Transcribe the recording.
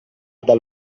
dal